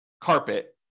carpet